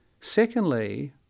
Secondly